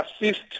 assist